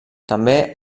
també